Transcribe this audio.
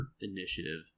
initiative